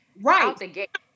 right